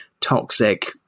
toxic